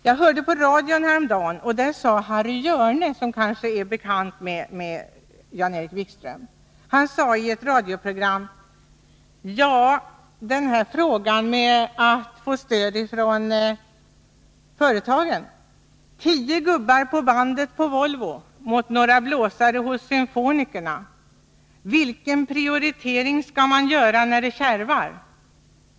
Jag hörde på radio här om dagen hur Harry Hjörne, som kanske är bekant med Jan-Erik Wikström, sade så här i frågan om att få stöd från företagen: ”Ja, tio gubbar på bandet på Volvo mot några blåsare hos Symfonikerna. Vilken prioritering skall man göra när det kärvar?